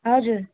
हजुर